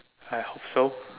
I hope so